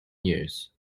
years